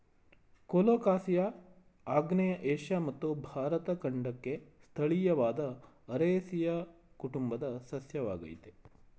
colocasia ಆಗ್ನೇಯ Asia ಮತ್ತು ಭಾರತ ಖಂಡಕ್ಕೆ ಸ್ಥಳೀಯವಾದ ಅರೇಸಿಯ ಕುಟುಂಬದ ಸಸ್ಯವಾಗಯ್ತೆ